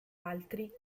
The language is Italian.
altri